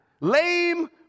lame